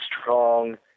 strong